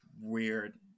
weird